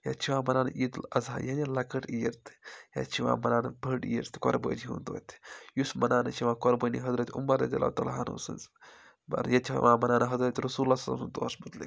ییٚتہِ چھِ یِوان مَناونہٕ عیٖد الضحیٰ یعنی لۅکٕٹۍ عیٖد تہِ ییٚتہِ چھِ یِوان مَناونہٕ بٔڈ عیٖد تہِ قۄربٲنی ہُنٛد دۄہ تہِ یُس مَناونہٕ چھُ یِوان قۄربٲنی حضرت عُمرہ تعالی سٕنٛز ییٚتہِ چھِ یِوان مَناونہٕ حضرت رٔسوٗلؐ ہُند دۅہس مُعتلِق